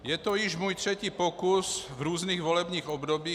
Je to již můj třetí pokus v různých volebních obdobích.